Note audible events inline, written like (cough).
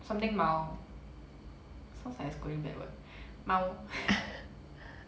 something 猫 sounds like I scolding bad word 猫 (laughs)